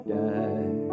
die